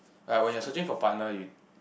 like when you're searching for partner you